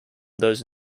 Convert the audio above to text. those